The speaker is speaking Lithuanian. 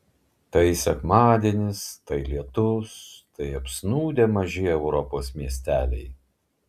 tai sekmadienis tai lietus tai apsnūdę maži europos miesteliai